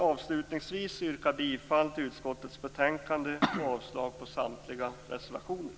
Avslutningsvis vill jag yrka bifall till hemställan i utskottets betänkande och avslag på samtliga reservationer.